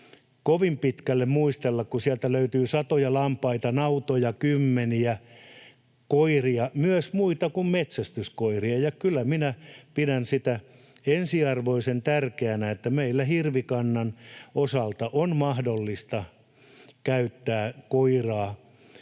kovin pitkälle muistella, kun sieltä löytyy satoja lampaita, kymmeniä nautoja, koiria, myös muita kuin metsästyskoiria, ja kyllä minä pidän sitä ensiarvoisen tärkeänä, että meillä hirvikannan osalta on mahdollista käyttää koiraa